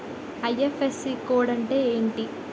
IFSC code అంటే ఏంటి?